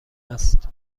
است